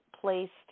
placed